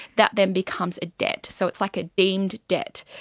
that then becomes a debt. so it's like a deemed debt.